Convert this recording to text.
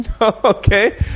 Okay